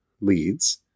leads